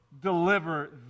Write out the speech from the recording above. deliver